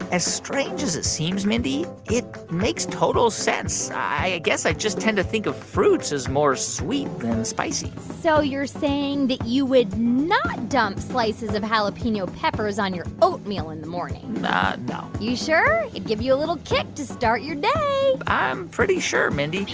as strange as it seems, mindy, it makes total sense. i guess i just tend to think of fruits as more sweet than spicy so you're saying that you would not dump slices of jalapeno peppers on your oatmeal in the morning no you sure? it'd give you a little kick to start your day i'm pretty sure, mindy man.